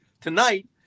tonight